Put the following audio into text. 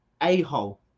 a-hole